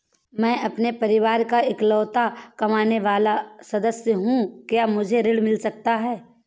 मैं अपने परिवार का इकलौता कमाने वाला सदस्य हूँ क्या मुझे ऋण मिल सकता है?